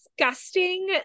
disgusting